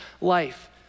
life